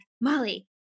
Molly